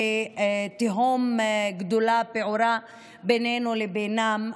שתהום גדולה פעורה בינינו לבינן.